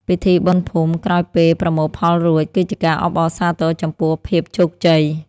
ពិធីបុណ្យភូមិក្រោយពេលប្រមូលផលរួច គឺជាការអបអរសាទរចំពោះភាពជោគជ័យ។